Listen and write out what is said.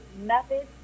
methods